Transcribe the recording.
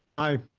i